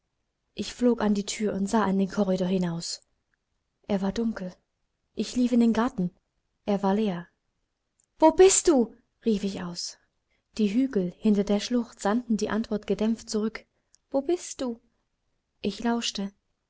ich flog an die thür und sah in den korridor hinaus er war dunkel ich lief in den garten er war leer wo bist du rief ich aus die hügel hinter der schlucht sandten die antwort gedämpft zurück wo bist du ich lauschte